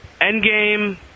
Endgame